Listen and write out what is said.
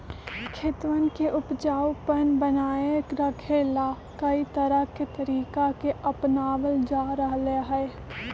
खेतवन के उपजाऊपन बनाए रखे ला, कई तरह के तरीका के अपनावल जा रहले है